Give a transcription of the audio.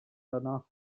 danach